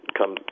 come